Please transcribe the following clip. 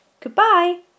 Goodbye